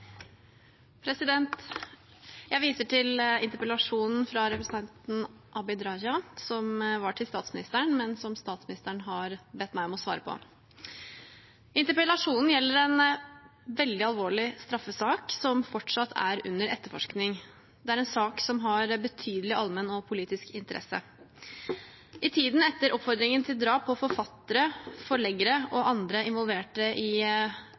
verdig. Jeg viser til interpellasjonen fra representanten Abid Raja, som var til statsministeren, men som statsministeren har bedt meg om å svare på. Interpellasjonen gjelder en veldig alvorlig straffesak som fortsatt er under etterforskning. Det er en sak som har betydelig allmenn og politisk interesse. I tiden etter oppfordringen til drap på forfattere, forleggere og andre som var involvert i